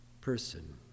person